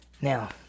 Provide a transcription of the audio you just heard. Now